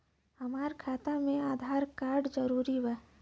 हमार खाता में आधार कार्ड जरूरी बा?